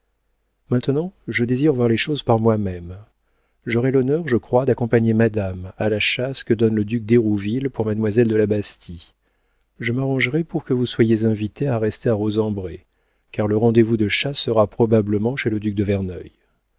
maintenant je désire voir les choses par moi-même j'aurai l'honneur je crois d'accompagner madame à la chasse que donne le duc d'hérouville pour mademoiselle de la bastie je m'arrangerai pour que vous soyez invité à rester à rosembray car le rendez-vous de chasse sera probablement chez le duc de verneuil